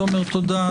תודה לתומר,